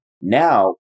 Now